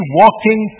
walking